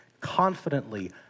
confidently